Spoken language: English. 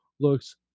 looks